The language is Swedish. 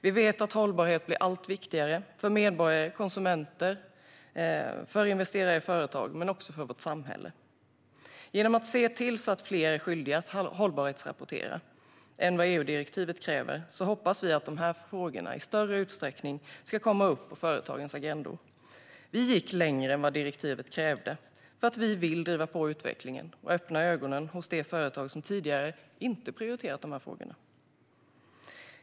Vi vet att hållbarhet blir allt viktigare för medborgare och konsumenter och för investerare i företag men också för vårt samhälle. Genom att se till att fler är skyldiga att hållbarhetsrapportera än vad EU-direktivet kräver hoppas vi att dessa frågor i större utsträckning ska komma upp på företagens agendor. Vi gick längre än vad direktivet krävde för att vi ville driva på utvecklingen och öppna ögonen hos de företag som tidigare inte prioriterat dessa frågor.